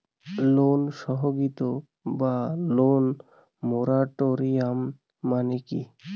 ঋণ স্থগিত বা লোন মোরাটোরিয়াম মানে কি?